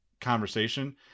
conversation